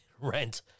rent